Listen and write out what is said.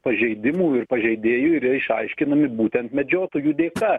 pažeidimų ir pažeidėjų yra išaiškinami būtent medžiotojų dėka